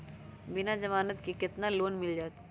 बिना जमानत के केतना लोन मिल जाइ?